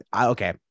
okay